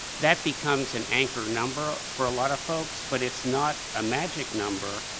that becomes an anchor number for a lot of folks, but it's not a magic number,